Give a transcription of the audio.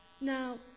Now